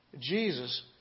Jesus